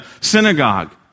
synagogue